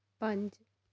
ਪੰਜ